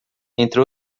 entre